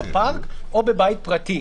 בפארק או בבית פרטי,